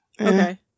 Okay